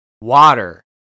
water